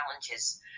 challenges